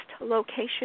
location